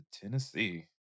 Tennessee